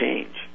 change